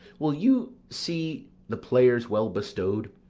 will you see the players well bestowed?